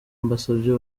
mbasabye